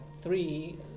Three